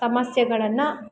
ಸಮಸ್ಯೆಗಳನ್ನು